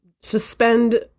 suspend